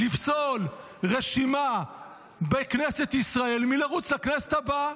לפסול רשימה בכנסת ישראל מלרוץ לכנסת הבאה.